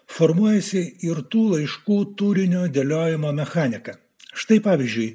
formuojasi ir tų laiškų turinio dėliojimo mechanika štai pavyzdžiui